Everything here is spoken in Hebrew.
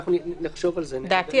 אנחנו נחשוב על זה.